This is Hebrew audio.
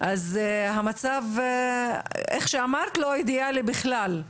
אז המצב איך שאמרת לא אידיאלי בכלל,